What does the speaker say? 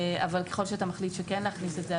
ככל שאתה מחליט כן להכניס את זה,